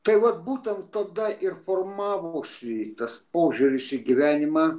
tai vat būtent tada ir formavosi tas požiūris į gyvenimą